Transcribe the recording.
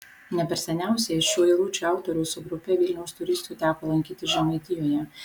ne per seniausiai šių eilučių autoriui su grupe vilniaus turistų teko lankytis žemaitijoje